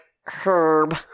herb